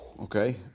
Okay